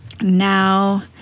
Now